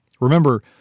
Remember